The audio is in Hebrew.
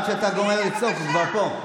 עד שאתה גומר לצעוק, הוא כבר פה.